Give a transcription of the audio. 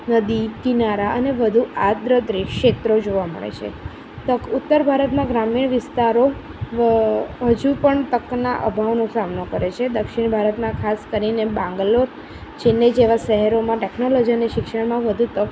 નદી કિનારા અને વધુ આદૃતેય ક્ષેત્રો જોવા મળે છે તક ઉતર ભારતમાં ગ્રામીણ વિસ્તારો હજુ પણ તકના અભાવનો સામનો કરે છે દક્ષિણ ભારતમાં ખાસ કરીને બેંગ્લોર ચેન્નઈ જેવા શહેરોમાં ટેક્નોલોજી અને શિક્ષણમાં વધુ તક